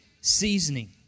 seasoning